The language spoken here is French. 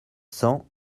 cents